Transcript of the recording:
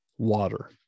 water